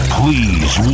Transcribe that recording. please